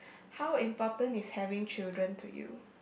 how important is having children to you